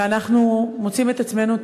ואנחנו מוצאים את עצמנו,